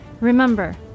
Remember